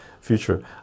Future